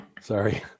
Sorry